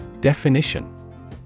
Definition